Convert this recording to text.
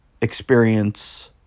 experience